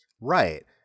Right